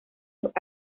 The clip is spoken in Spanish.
los